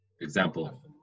example